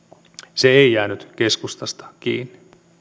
se ei jäänyt keskustasta kiinni